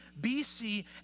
BC